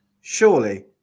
surely